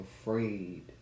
afraid